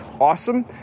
awesome